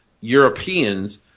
Europeans